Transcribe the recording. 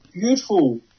beautiful